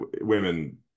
women